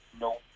no